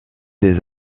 des